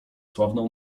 sławną